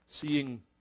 seeing